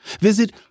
visit